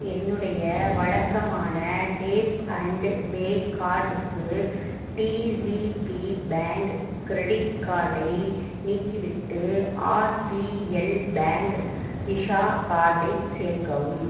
என்னுடைய வழக்கமான tap and pay கார்டுக்கு டிசிபி பேங்க் கிரெடிட் கார்டை நீக்கிவிட்டு ஆர்பிஎல் பேங்க் விஷா கார்டை சேர்க்கவும்